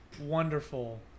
wonderful